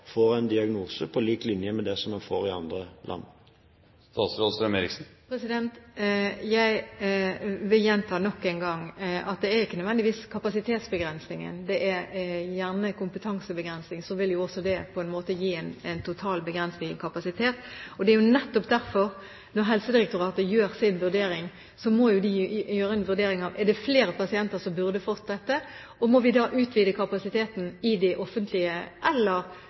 får en diagnose – på lik linje med det man får i andre land? Jeg vil gjenta nok en gang at det ikke nødvendigvis er kapasitetsbegrensning, det er gjerne kompetansebegrensning. Så vil jo det på en måte gi en total begrensning i kapasitet. Det er nettopp derfor Helsedirektoratet, når de gjør sin vurdering, må vurdere om det er flere pasienter som burde fått dette. Må vi da utvide kapasiteten i det offentlige, eller